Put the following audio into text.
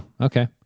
okay